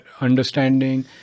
understanding